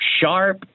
sharp